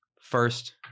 first